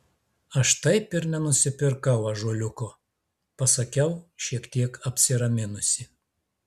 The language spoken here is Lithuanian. aš taip ir nenusipirkau ąžuoliuko pasakiau šiek tiek apsiraminusi